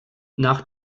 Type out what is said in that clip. nach